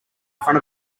front